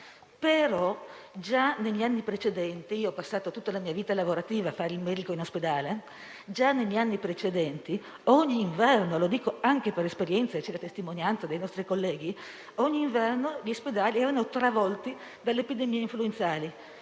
già negli anni precedenti, ogni inverno - lo dico anche per esperienza, e c'è la testimonianza dei nostri colleghi - gli ospedali erano travolti dalle epidemie influenzali: